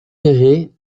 ferrée